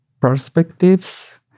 perspectives